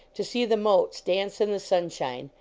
to see the motes dance in the sunshine.